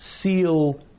seal